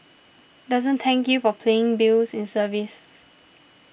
doesn't thank you for paying bills in service